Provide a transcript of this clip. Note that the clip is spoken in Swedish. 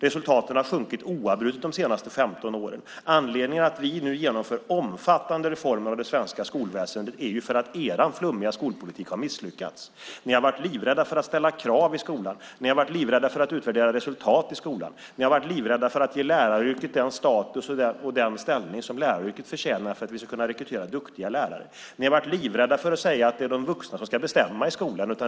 Resultaten har sjunkit oavbrutet de senaste 15 åren. Anledningen till att vi nu genomför omfattande reformer av det svenska skolväsendet är ju att er flummiga skolpolitik har misslyckats. Ni har varit livrädda för att ställa krav i skolan. Ni har varit livrädda för att utvärdera resultat i skolan. Ni har varit livrädda för att ge läraryrket den status och den ställning som läraryrket förtjänar för att vi ska kunna rekrytera duktiga lärare. Ni har varit livrädda för att säga att det är de vuxna som ska bestämma i skolan.